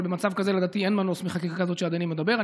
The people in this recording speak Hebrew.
אבל במצב כזה לדעתי אין מנוס מחקיקה כזאת שאדוני מדבר עליה.